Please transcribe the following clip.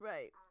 Right